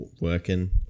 working